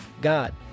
God